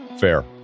Fair